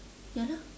ya lah